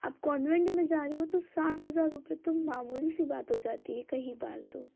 आप कान्वेंट में जा रहे हो तो साठ हज़ार रुपये तो मामूली सी बात हो जाती है कईं बार तो